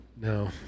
No